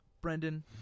Brendan